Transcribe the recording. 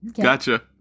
Gotcha